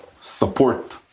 support